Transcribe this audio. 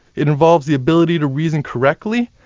it involves the ability to reason correctly,